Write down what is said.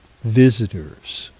visitors.